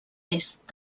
est